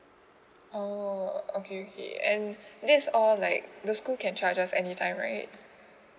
oh okay okay and this is all like the school can charge us any time right